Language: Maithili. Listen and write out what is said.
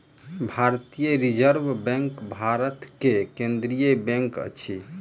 भारतीय रिज़र्व बैंक भारत के केंद्रीय बैंक अछि